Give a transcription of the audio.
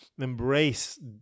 embrace